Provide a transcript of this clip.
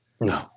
No